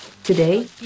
Today